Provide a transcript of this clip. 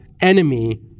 enemy